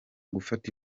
gufata